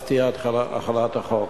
אז תהיה החלת החוק.